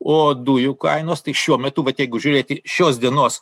o dujų kainos tai šiuo metu vat jeigu žiūrėti šios dienos